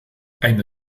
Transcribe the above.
eine